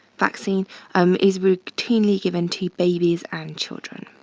vaccine um is routinely given to babies and children.